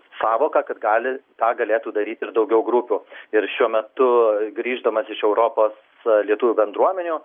sąvoką kad gali tą galėtų daryti ir daugiau grupių ir šiuo metu grįždamas iš europos lietuvių bendruomenių